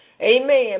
Amen